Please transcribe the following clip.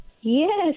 Yes